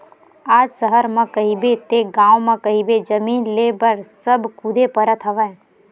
आज सहर म कहिबे ते गाँव म कहिबे जमीन लेय बर सब कुदे परत हवय